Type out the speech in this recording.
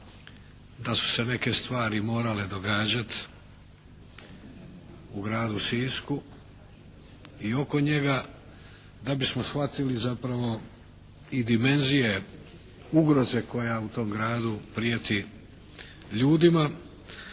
da su se neke stvari morale događati u gradu Sisku i oko njega da bismo shvatili zapravo i dimenzije ugroze koja u tom gradu prijeti ljudima.